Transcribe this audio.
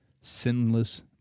sinless